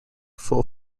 full